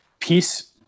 peace